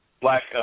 Black